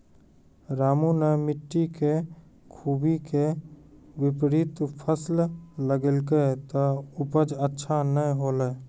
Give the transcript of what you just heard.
रामू नॅ मिट्टी के खूबी के विपरीत फसल लगैलकै त उपज अच्छा नाय होलै